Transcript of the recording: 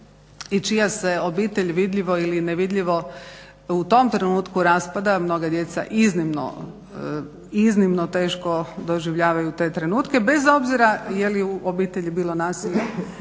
i čija se obitelj vidljivo ili nevidljivo u tom trenutku raspada, mnoga djeca iznimno teško doživljavaju te trenutke bez obzira je li u o obitelji bilo nasilja,